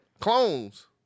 Clones